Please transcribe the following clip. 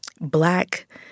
black